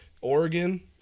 Oregon